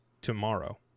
tomorrow